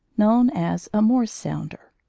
known as a morse sounder.